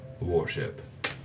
warship